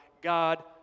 God